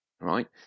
right